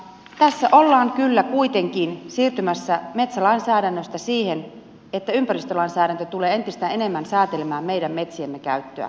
tässä ollaan kyllä kuitenkin siirtymässä metsälainsäädännöstä siihen että ympäristölainsäädäntö tulee entistä enemmän säätelemään meidän metsiemme käyttöä